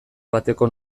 bateko